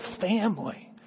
family